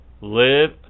live